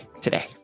today